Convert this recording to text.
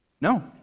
No